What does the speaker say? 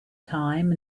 time